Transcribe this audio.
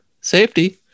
safety